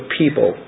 people